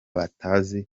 batazi